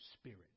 spirit